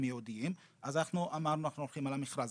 הייעודיים אז אנחנו אמרנו שאנחנו הולכים על המכרז.